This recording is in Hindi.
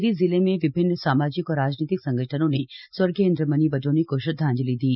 टिहरी जिले में विभिन्न सामाजिक और राजनीति संगठनों ने स्वर्गीय इंद्रमणि बडोनी को श्रद्वांजलि दी